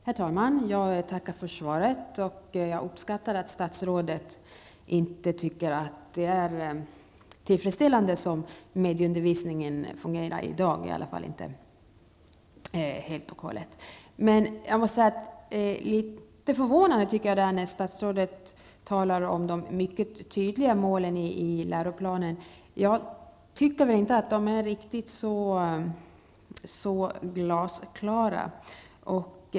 Herr talman! Jag tackar för svaret. Jag uppskattar att statsrådet anser att det inte är tillfredsställande att medieundervisningen inte fungerar -- åtminstone inte helt och hållet -- i dag. Men det är något förvånande att statsrådet talar om målen i läroplanen som mycket tydliga. Jag tycker inte att de är så glasklara.